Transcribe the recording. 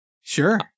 Sure